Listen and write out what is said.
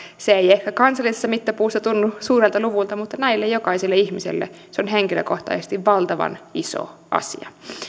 se ei ehkä kansallisessa mittapuussa tunnu suurelta luvulta mutta näille jokaiselle ihmiselle se on henkilökohtaisesti valtavan iso asia